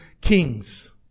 kings